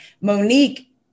Monique